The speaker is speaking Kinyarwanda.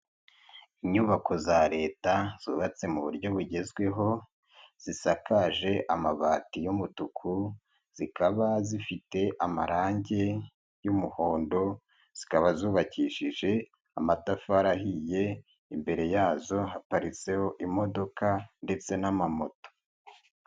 Inyubako za Leta zubatse mu buryo bugezweho, zisakaje amabati y'umutuku, zikaba zifite amarangi y'umuhondo, zikaba zubakishije amatafari ahiye, imbere yazo haparitseho imodoka ndetse n'amamoto.